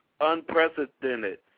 unprecedented